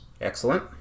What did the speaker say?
Excellent